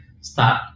start